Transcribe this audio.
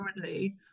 currently